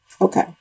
Okay